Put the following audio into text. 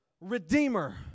redeemer